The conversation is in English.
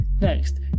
Next